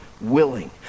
willing